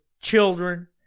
children